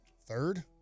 Third